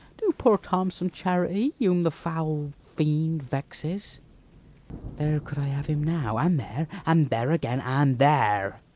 do poor tom some charity, whom the foul fiend vexes there could i have him now and there and there again, and there.